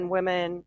Women